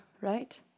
right